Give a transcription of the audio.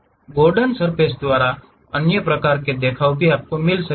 Gordon surface द्वारा अन्य प्रकार का देखाव मिल सकता है